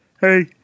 Hey